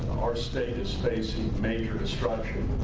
our state is facing major destruction